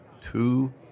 two